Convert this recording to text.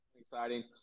exciting